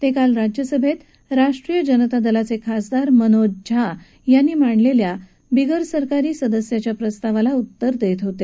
ते काल राज्यसभेत राष्ट्रीय जनता दलाचे खासदार मनोज झा यांनी मांडलेल्या बिगरसरकारी सदस्याच्या प्रस्तावाला उत्तर देत होते